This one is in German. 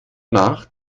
nach